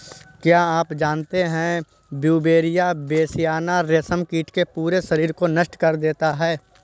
क्या आप जानते है ब्यूवेरिया बेसियाना, रेशम कीट के पूरे शरीर को नष्ट कर देता है